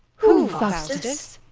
who, faustus?